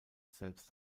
selbst